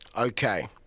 Okay